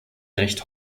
recht